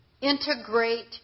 Integrate